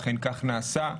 ואכן כך נעשה.